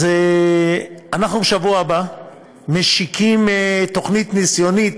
אנחנו בשבוע הבא משיקים תוכנית ניסיונית,